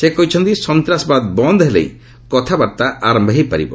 ସେ କହିଛନ୍ତି ସଂନ୍ତାସବାଦ ବନ୍ଦ୍ ହେଲେ ହିଁ କଥାବାର୍ତ୍ତା ଆରମ୍ଭ ହୋଇପାରିବ